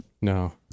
No